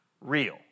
real